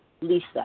Lisa